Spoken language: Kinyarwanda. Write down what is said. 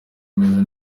meze